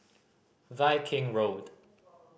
Viking Road